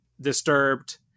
Disturbed